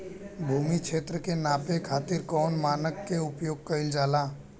भूमि क्षेत्र के नापे खातिर कौन मानक के उपयोग कइल जाला?